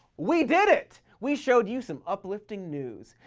we did it! we showed you some uplifting news.